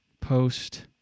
Post